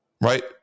Right